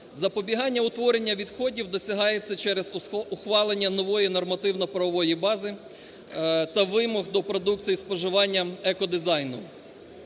Запобігання утворення відходів досягається через ухвалення нової нормативно-правової бази та вимог до продукції споживання екодизайну,